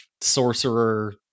sorcerer